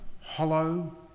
hollow